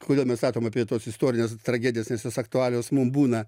kodėl mes statom apie tas istorines tragedijas nes jos aktualios mum būna